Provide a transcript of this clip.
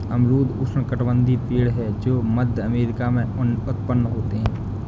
अमरूद उष्णकटिबंधीय पेड़ है जो मध्य अमेरिका में उत्पन्न होते है